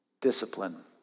discipline